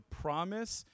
promise